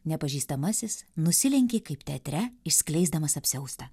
nepažįstamasis nusilenkė kaip teatre išskleisdamas apsiaustą